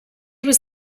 was